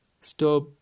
stop